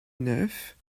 neuf